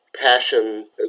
passion